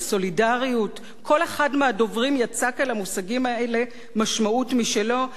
כל אחד מהדוברים יצק על המושגים האלה משמעות משלו בלי התייפייפות,